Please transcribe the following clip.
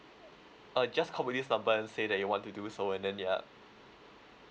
uh just call back this number and say that you want to do so and then ya